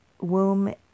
womb